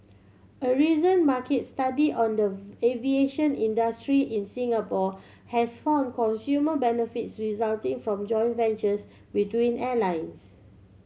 a recent market study on the aviation industry in Singapore has found consumer benefits resulting from joint ventures between airlines